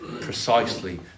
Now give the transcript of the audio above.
precisely